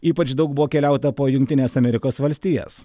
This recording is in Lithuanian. ypač daug buvo keliauta po jungtines amerikos valstijas